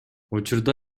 учурда